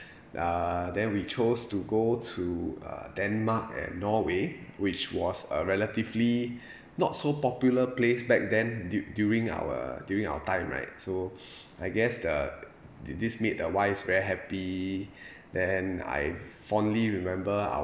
err then we chose to go to uh denmark and norway which was a relatively not so popular place back then du~ during our during our time right so I guess the th~ this made the wife very happy then I fondly remember our